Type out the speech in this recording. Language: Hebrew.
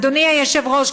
אדוני היושב-ראש,